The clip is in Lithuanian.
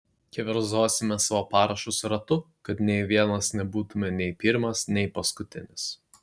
keverzosime savo parašus ratu kad nė vienas nebūtume nei pirmas nei paskutinis